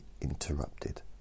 interrupted